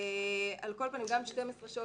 על כל פנים, גם 12 שעות